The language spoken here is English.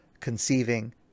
conceiving